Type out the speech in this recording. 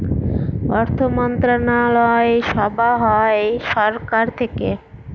অর্থমন্ত্রণালয় সভা হয় সরকার থেকে